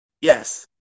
Yes